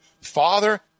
Father